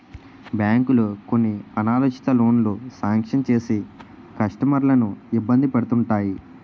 బ్యాంకులు కొన్ని అనాలోచిత లోనులు శాంక్షన్ చేసి కస్టమర్లను ఇబ్బంది పెడుతుంటాయి